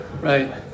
Right